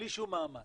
בלי שום מאמץ,